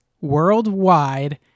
worldwide